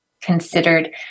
considered